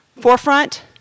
forefront